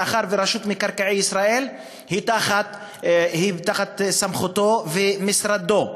מאחר שרשות מקרקעי ישראל היא תחת סמכותו ומשרדו.